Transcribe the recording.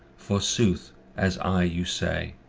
for sooth as i you say,